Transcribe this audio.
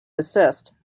desist